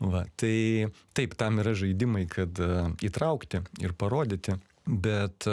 va tai taip tam yra žaidimai kad įtraukti ir parodyti bet